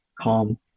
calm